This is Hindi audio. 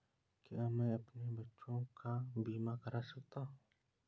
क्या मैं अपने बच्चों का बीमा करा सकता हूँ?